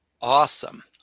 Awesome